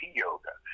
yoga